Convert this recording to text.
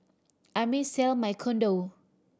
I may sell my condo